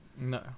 No